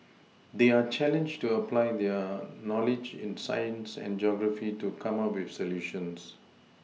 they are challenged to apply their knowledge in science and geography to come up with solutions